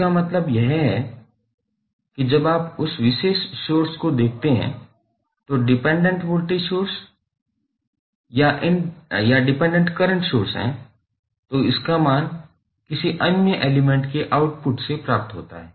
इसका मतलब यह है कि जब आप उस विशेष सोर्स को देखते हैं जो डिपेंडेंट वोल्टेज सोर्स या डिपेंडेंट करंट सोर्स है तो इसका मान किसी अन्य एलिमेंट के आउटपुट से प्राप्त होता है